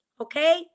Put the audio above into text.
Okay